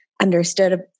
understood